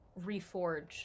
reforge